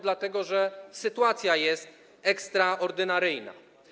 Dlatego że sytuacja jest ekstraordynaryjna.